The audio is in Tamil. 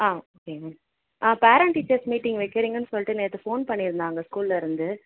ஆ ஓகே மேம் ஆ பேரண்ட் டீச்சர்ஸ் மீட்டிங் வைக்கிறீங்கன்னு சொல்லிட்டு நேற்று ஃபோன் பண்ணியிருந்தாங்க ஸ்கூல்லருந்து